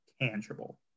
tangible